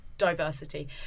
Diversity